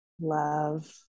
love